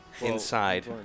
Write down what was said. Inside